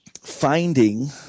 finding